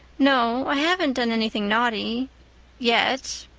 no, i haven't done anything naughty yet.